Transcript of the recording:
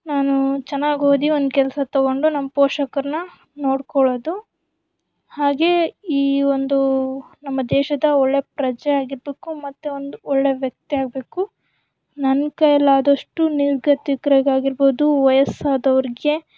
ನಾನು ಚೆನ್ನಾಗಿ ಓದಿ ಒಂದು ಕೆಲಸ ತೊಗೊಂಡು ನಮ್ಮ ಪೋಷಕರನ್ನ ನೋಡ್ಕೊಳ್ಳೋದು ಹಾಗೇ ಈ ಒಂದು ನಮ್ಮ ದೇಶದ ಒಳ್ಳೆಯ ಪ್ರಜೆಯಾಗಿರಬೇಕು ಮತ್ತು ಒಂದು ಒಳ್ಳೆಯ ವ್ಯಕ್ತಿಯಾಗಬೇಕು ನನ್ನ ಕೈಲಿ ಆದಷ್ಟು ನಿರ್ಗತಿಕರಿಗಾಗಿರ್ಬೌದು ವಯಸ್ಸಾದವ್ರಿಗೆ